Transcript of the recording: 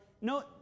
no